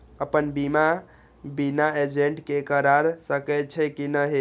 अपन बीमा बिना एजेंट के करार सकेछी कि नहिं?